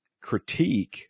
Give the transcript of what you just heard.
critique